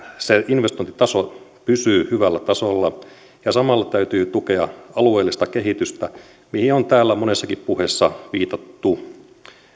se investointitaso pysyy hyvällä tasolla ja samalla täytyy tukea alueellista kehitystä mihin on täällä monessakin puheessa viitattu